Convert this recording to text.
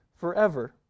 forever